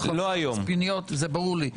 מלחמה בסמים זה ברור לי,